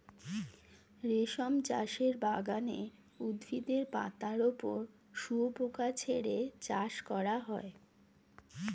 রেশম চাষের বাগানে উদ্ভিদের পাতার ওপর শুয়োপোকা ছেড়ে চাষ করা হয়